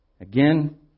Again